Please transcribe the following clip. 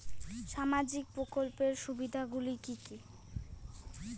সামাজিক প্রকল্পের সুবিধাগুলি কি কি?